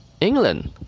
England